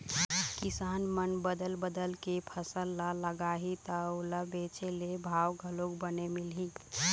किसान मन बदल बदल के फसल ल लगाही त ओला बेचे ले भाव घलोक बने मिलही